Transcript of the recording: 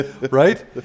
Right